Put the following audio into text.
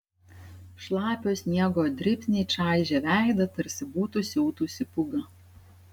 šlapio sniego dribsniai čaižė veidą tarsi būtų siautusi pūga